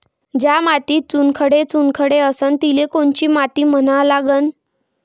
ज्या मातीत चुनखडे चुनखडे असन तिले कोनची माती म्हना लागन?